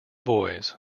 boys